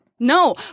No